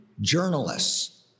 journalists